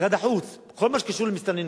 משרד החוץ, בכל מה שקשור למסתננים,